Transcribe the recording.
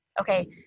Okay